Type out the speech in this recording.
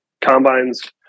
combines